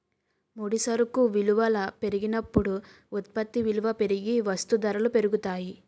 ముడి సరుకు విలువల పెరిగినప్పుడు ఉత్పత్తి విలువ పెరిగి వస్తూ ధరలు పెరుగుతాయి